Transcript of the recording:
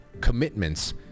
commitments